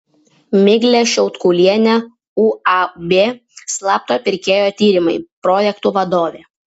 miglė šiautkulienė uab slapto pirkėjo tyrimai projektų vadovė